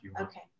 Okay